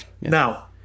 Now